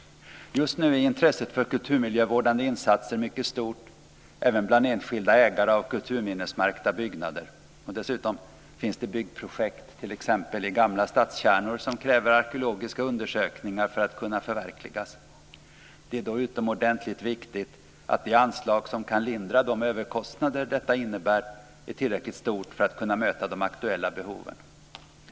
Just nu är intresset för kulturmiljövårdande insatser mycket stort även bland enskilda ägare av kulturminnesmärkta byggnader. Dessutom finns det byggprojekt i t.ex. gamla stadskärnor som kräver arkeologiska undersökningar för att kunna förverkligas. Det är då utomordentligt viktigt att det anslag som kan lindra de överkostnader detta innebär är tillräckligt stort för att möta de aktuella behoven.